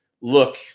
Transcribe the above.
look